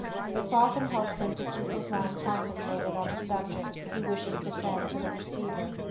this often helps him to keep his mind concentrated on the subject he wishes to send to the receiver.